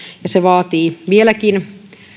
ja se vaatii vieläkin